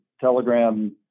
Telegram